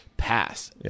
pass